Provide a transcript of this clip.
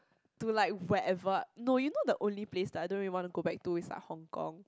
to like wherever no you know the only place that I don't really want to go back to is like Hong Kong